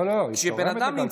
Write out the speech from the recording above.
לא, לא, היא תורמת לכלכלה.